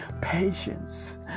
Patience